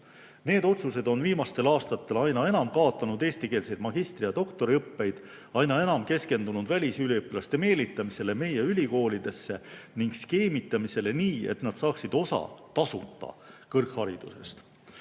Need otsused on viimastel aastatel aina enam kaotanud eestikeelseid magistri‑ ja doktoriõppeid, aina enam on keskendutud välisüliõpilaste meelitamisele meie ülikoolidesse ning skeemitamisele nii, et nad saaksid osa tasuta kõrgharidusest.